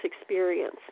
experience